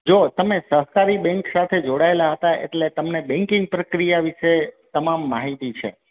જુઓ તમે સહકારી બેંક સાથે જોડાયેલા હતા એટલે તમને બેન્કિંગ પ્રક્રિયા વિશે તમામ માહિતી છે